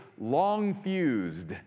long-fused